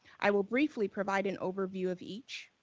i will briefly provide an overview of each.